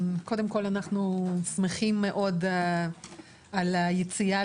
קודם כל אנחנו שמחים מאוד על היציאה